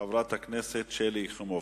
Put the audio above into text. את חברת הכנסת שלי יחימוביץ.